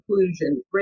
inclusion